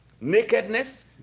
Nakedness